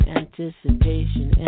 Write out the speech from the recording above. anticipation